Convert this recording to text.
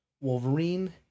Wolverine